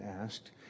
asked